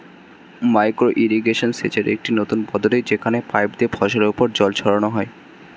micro irrigation সেচের একটি নতুন পদ্ধতি যেখানে পাইপ দিয়ে ফসলের উপর জল ছড়ানো হয়